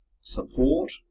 support